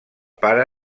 pare